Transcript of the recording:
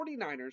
49ers